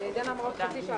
הישיבה ננעלה